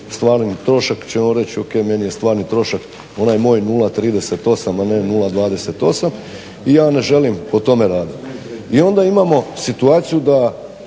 Stvarni trošak će on reći o.k. meni je stvarni trošak onaj moj 0,38 a ne 0,28 i ja ne želim po tome raditi. I onda imamo situaciju da